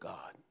God